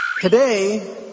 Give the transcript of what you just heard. Today